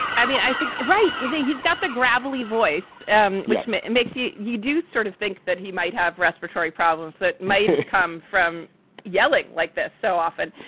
i mean, i think. right. either he's got the gravelly voice, and which and makes you you do sort of think that he might have respiratory problems that might come from yelling like this so often.